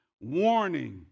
warning